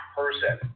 person